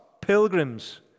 pilgrims